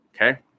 okay